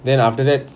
then after that